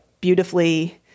beautifully